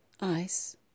Ice